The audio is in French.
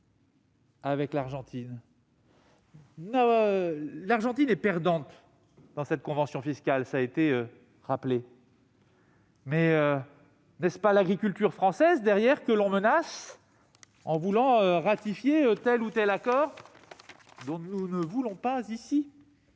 argentine. L'Argentine est perdante dans cette convention fiscale, cela a été dit, mais n'est-ce pas l'agriculture française, derrière, que l'on menace en autorisant l'approbation de tel ou tel accord, dont nous ne voulons pas ici ?